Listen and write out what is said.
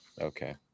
okay